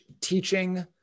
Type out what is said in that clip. teaching